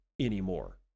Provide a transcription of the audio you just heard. anymore